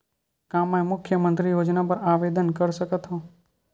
का मैं मुख्यमंतरी योजना बर आवेदन कर सकथव?